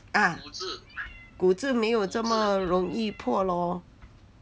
ah 骨质没有这么容易破咯